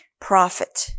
profit